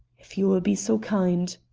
if you will be so kind.